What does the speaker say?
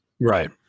Right